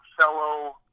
fellow